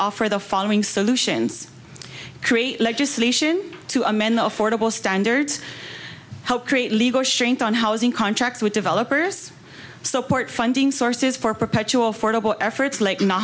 offer the following solutions create legislation to amend the affordable standards how create legal shrink on housing contracts with developers support funding sources for perpetual affordable efforts like no